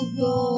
go